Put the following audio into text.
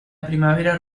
primavera